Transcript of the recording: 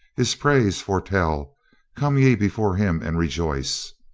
his praise forthtell, come ye before him and rejoice.